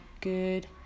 good